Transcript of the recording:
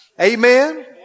Amen